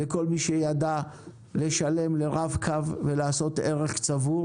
לכל מי שידע לשלם לרב-קו ולעשות ערך צבור